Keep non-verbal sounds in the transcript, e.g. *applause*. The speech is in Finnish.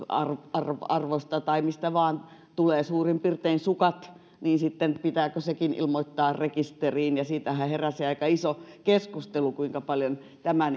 arvoista tai mistä vaan suurin piirtein sukat palkinnoksi niin pitääkö sekin ilmoittaa rekisteriin siitähän heräsi aika iso keskustelu kuinka tämä *unintelligible*